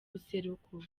buseruko